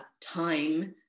time